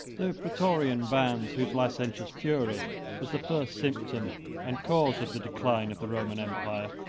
the praetorian bands, whose licentious fury was the first symptom and cause of the decline of the roman empire,